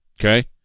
okay